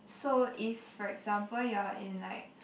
so if for example you're in like